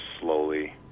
slowly